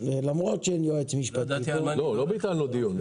למרות שאין יועץ משפטי --- לא ביטלנו דיון.